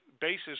basis